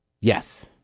Yes